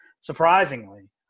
surprisingly